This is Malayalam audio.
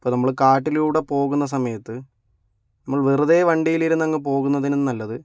ഇപ്പം നമ്മള് കാട്ടിലൂടെ പോകുന്ന സമയത്ത് നമ്മള് വെറുതെ വണ്ടിയിലിരുന്ന് അങ്ങ് പോകുന്നതിലും നല്ലത്